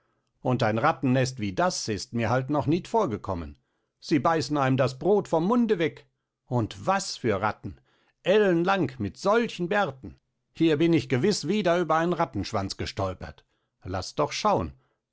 und ein rattennest wie das ist mir halt noch nit vorkommen sie beißen einem das brot vom munde weg und was für ratten ellenlang mit solchen bärten hier bin ich gewiss wieder über einen rattenschwanz gestolpert laß doch schauen